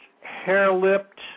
hair-lipped